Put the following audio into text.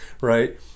right